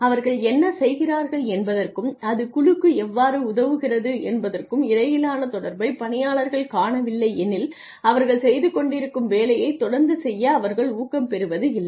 அவர்கள் என்ன செய்கிறார்கள் என்பதற்கும் அது குழுக்கு எவ்வாறு உதவுகிறது என்பதற்கும் இடையிலான தொடர்பை பணியாளர்கள் காணவில்லையெனில் அவர்கள் செய்துகொண்டிருக்கும் வேலையைத் தொடர்ந்து செய்ய அவர்கள் ஊக்கம் பெறுவது இல்லை